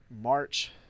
March